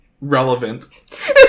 Relevant